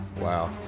Wow